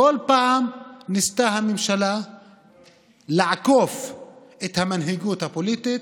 כל פעם הממשלה ניסתה לעקוף את המנהיגות הפוליטית,